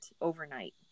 overnight